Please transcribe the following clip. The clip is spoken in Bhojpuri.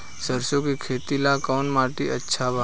सरसों के खेती ला कवन माटी अच्छा बा?